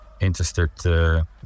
interested